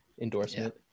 endorsement